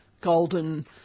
golden